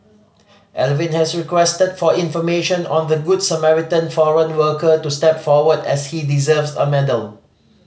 Alvin has requested for information on the Good Samaritan foreign worker to step forward as he deserves a medal